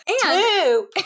Two